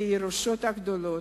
ירושות גדולות.